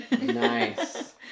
Nice